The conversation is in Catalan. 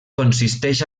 consisteix